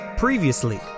Previously